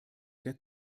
der